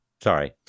Sorry